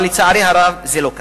אבל, לצערי הרב, זה לא קרה.